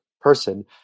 person